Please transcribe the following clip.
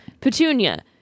Petunia